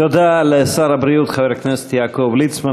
תודה לשר הבריאות חבר הכנסת יעקב ליצמן,